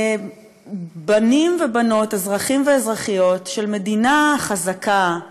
בנים ובנות, אזרחים ואזרחיות, של מדינה חזקה,